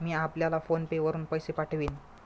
मी आपल्याला PhonePe वरुन पैसे पाठवीन